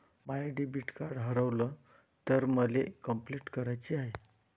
माय debit card हारवल तर मले कंपलेंट कराची हाय